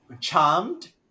charmed